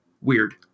weird